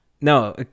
no